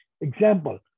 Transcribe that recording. Example